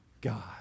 God